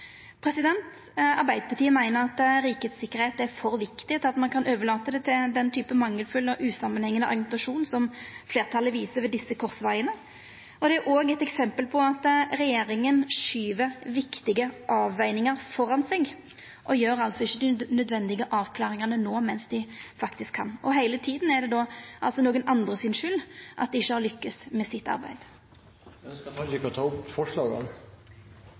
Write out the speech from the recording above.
Arbeidarpartiet meiner at rikets sikkerheit er for viktig til at ein kan overlata det til den typen mangelfull og usamanhengjande argumentasjon som fleirtalet viser ved desse korsvegane. Det er òg eit eksempel på at regjeringa skyver viktige avvegingar framfor seg og ikkje gjer dei nødvendige avklaringane no, medan dei faktisk kan. Og heile tida er det nokon andre si skuld at dei ikkje har lykkast med arbeidet sitt. Eg vil til slutt ta opp forslaga